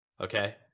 okay